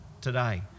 today